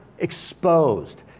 exposed